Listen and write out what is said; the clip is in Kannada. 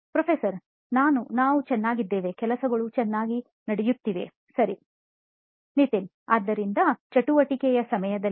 ಪ್ರೊಫೆಸರ್ ನಾನು ಚೆನ್ನಾಗಿದ್ದೇನೆ ಕೆಲಸಗಳು ಚೆನ್ನಾಗಿ ನಡೆಯುತ್ತಿವೆ ಸರಿ ನಿತಿನ್ ಆದ್ದರಿಂದ ಚಟುವಟಿಕೆಯ ಸಮಯದಲ್ಲಿ